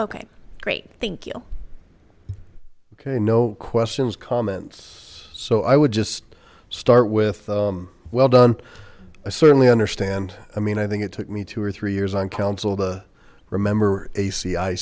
okay great thank you okay no questions comments so i would just start with well done i certainly understand i mean i think it took me two or three years on council to remember a